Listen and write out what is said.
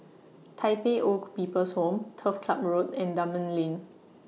Tai Pei Old People's Home Turf Ciub Road and Dunman Lane